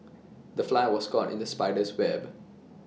the fly was caught in the spider's web